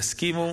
יסכימו